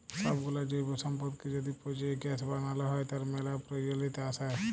সবগুলা জৈব সম্পদকে য্যদি পচিয়ে গ্যাস বানাল হ্য়, তার ম্যালা প্রয়জলিয়তা আসে